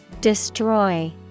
destroy